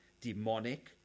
demonic